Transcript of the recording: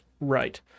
right